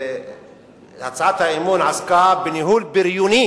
הצעת האי-אמון עסקה בניהול בריוני